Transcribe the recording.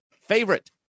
favorite